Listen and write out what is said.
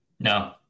No